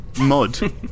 Mud